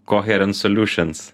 koheren soliušens